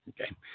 Okay